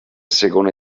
segona